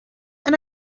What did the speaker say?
and